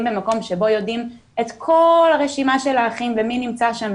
במקום שבו יודעים את כל הרשימה של האחים ומי נמצא שם,